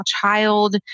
child